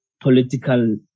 political